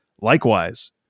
Likewise